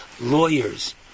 lawyers